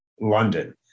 London